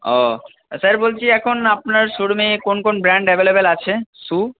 ও তা স্যার বলছি এখন আপনার শো রুমে কোন কোন ব্র্যান্ড অ্যাভেলেবেল আছে শ্যু